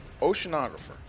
oceanographer